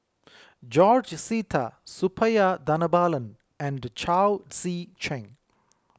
George Sita Suppiah Dhanabalan and Chao Tzee Cheng